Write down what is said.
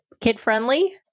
kid-friendly